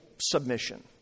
submission